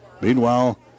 Meanwhile